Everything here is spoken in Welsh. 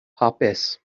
hapus